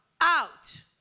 out